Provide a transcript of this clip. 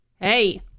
Hey